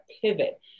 pivot